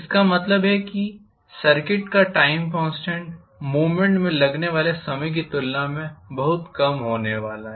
इसका मतलब है कि सर्किट का टाइम कॉन्स्टेंट मूवमेंट में लगने वाले समय की तुलना में बहुत कम होने वाला है